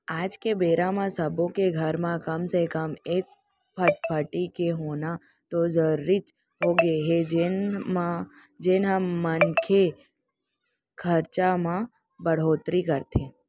आज के बेरा म सब्बो के घर म कम से कम एक फटफटी के होना तो जरूरीच होगे हे जेन ह मनखे के खरचा म बड़होत्तरी करथे